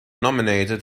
nominated